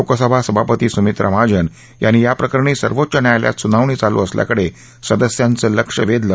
लोकसभा सभापती सुमित्रा महाजन यांनी याप्रकरणी सर्वोच्च न्यायालयात सुनावणी चालू असल्याकडे सदस्यांचं लक्ष वेधलं